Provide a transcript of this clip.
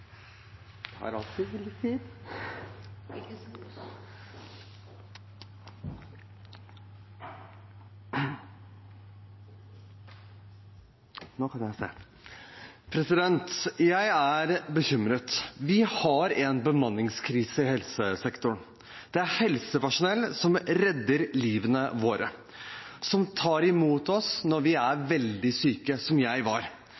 med det vil jeg takke for meg i dette viktige huset. Jeg er bekymret. Vi har en bemanningskrise i helsesektoren. Det er helsepersonell som redder livet vårt, som tar imot oss når vi er veldig syke, som jeg var.